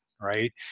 right